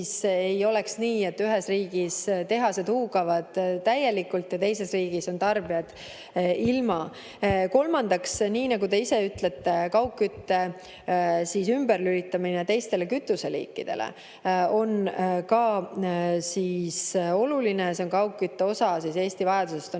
siis ei oleks nii, et ühes riigis tehased huugavad täielikult ja teises riigis on tarbijad ilma. Kolmandaks, nii nagu te ise ütlete, kaugkütte ümberlülitamine teistele kütuseliikidele on ka oluline. See on kaugkütte osa, Eesti vajadusest on